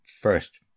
first